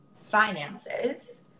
finances